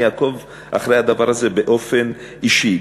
אני אעקוב אחרי הדבר הזה באופן אישי,